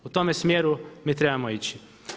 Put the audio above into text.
U tome smjeru mi trebamo ići.